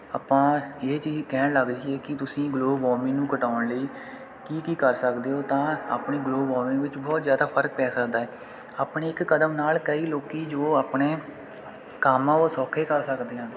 ਆਪਾਂ ਇਹ ਚੀਜ਼ ਕਹਿਣ ਲੱਗ ਜਾਈਏ ਕਿ ਤੁਸੀਂ ਗਲੋਬਲ ਵਾਰਮਿੰਗ ਨੂੰ ਘਟਾਉਣ ਲਈ ਕੀ ਕੀ ਕਰ ਸਕਦੇ ਹੋ ਤਾਂ ਆਪਣੇ ਗਲੋਬਲ ਵਾਰਮਿੰਗ ਵਿੱਚ ਬਹੁਤ ਜ਼ਿਆਦਾ ਫ਼ਰਕ ਪੈ ਸਕਦਾ ਹੈ ਆਪਣੇ ਇੱਕ ਕਦਮ ਨਾਲ ਕਈ ਲੋਕ ਜੋ ਆਪਣੇ ਕੰਮ ਆ ਉਹ ਸੌਖੇ ਕਰ ਸਕਦੇ ਹਨ